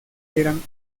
eran